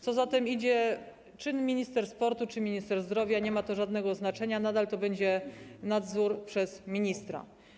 Co za tym idzie, czy minister sportu, czy minister zdrowia - nie ma to żadnego znaczenia, nadal to będzie nadzór sprawowany przez ministra.